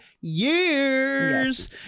years